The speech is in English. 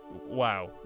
Wow